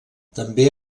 també